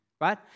Right